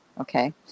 Okay